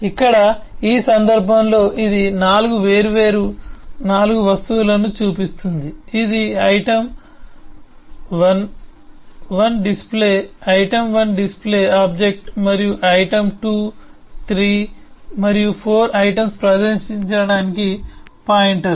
ఇక్కడ ఈ సందర్భంలో ఇది 4 వేర్వేరు 4 వస్తువులను చూపిస్తుంది ఇది item 1 1 display item 1 display object మరియు ఐటమ్ 2 3 మరియు 4 ఐటమ్స్ ప్రదర్శించడానికి పాయింటర్లు